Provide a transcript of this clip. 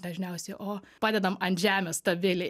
dažniausiai o padedam ant žemės stabiliai